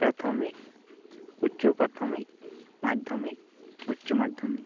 ᱯᱨᱟᱛᱷᱚᱢᱤᱠ ᱩᱪᱪᱼᱚᱯᱨᱟᱛᱷᱚᱢᱤᱠ ᱢᱟᱫᱽᱫᱷᱚᱢᱤᱠ ᱩᱪᱪᱚ ᱢᱟᱫᱽᱫᱷᱚᱢᱤᱠ